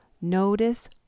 Notice